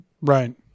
Right